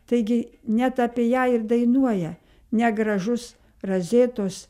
taigi net apie ją ir dainuoja negražus razėtos